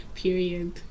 period